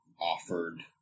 offered